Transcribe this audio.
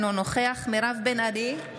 אינו נוכח מירב בן ארי,